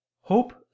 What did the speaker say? hope